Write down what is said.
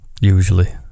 Usually